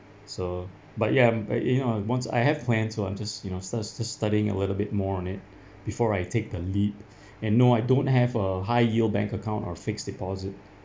so but ya um you know once I have plans so I'm just you know starts to studying a little bit more on it before I take the lead and no I don't have a high yield bank account or fixed deposit